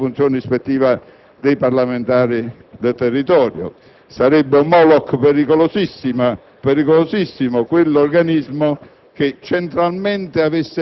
con l'iniziativa e la funzione ispettiva dei parlamentari del territorio. Sarebbe un Moloch pericolosissimo quell'organismo